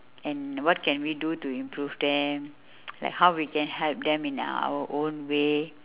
and what can we do to improve them like how we can help them in our own way